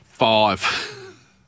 Five